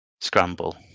Scramble